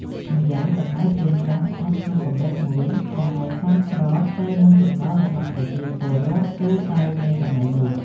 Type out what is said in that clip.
ម្យ៉ាងតម្លៃប្រេងសាំងស្ថិតក្នុងកម្រិតមួយដែលសមស្របទៅនឹងចំណូលរបស់ប្រជាពលរដ្ឋទូទៅនាពេលសម័យនោះ។